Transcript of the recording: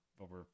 over